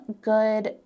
good